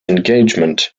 engagement